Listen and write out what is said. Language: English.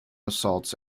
assaults